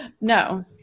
no